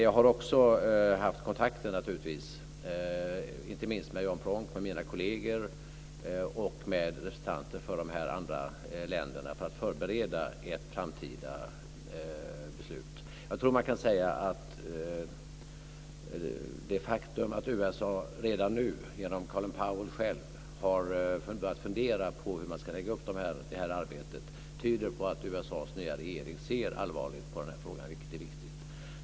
Jag har också haft kontakter naturligtvis, inte minst med Jan Pronk, med mina kolleger och med representanter för de andra länderna för att förbereda ett framtida beslut. Jag tror att det faktum att USA redan nu genom Colin Powell har börjat fundera på hur man ska lägga upp det här arbetet tyder på att USA:s nya regering ser allvarligt på den här frågan, vilket är viktigt.